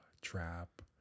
trap